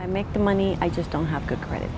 i make the money i just don't have good credit